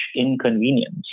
inconvenience